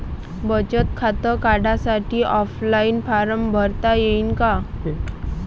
बचत खातं काढासाठी ऑफलाईन फारम भरता येईन का?